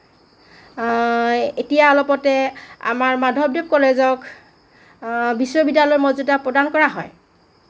এতিয়া অলপতে আমাৰ মাধৱদেৱ কলেজক বিশ্ববিদ্যালয়ৰ মৰ্যদা প্ৰদান কৰা হয়